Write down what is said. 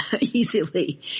easily